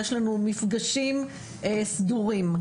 יש לנו מפגשים סדורים.